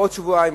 עוד שבועיים,